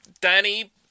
Danny